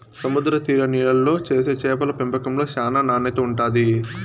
సముద్ర తీర నీళ్ళల్లో చేసే చేపల పెంపకంలో చానా నాణ్యత ఉంటాది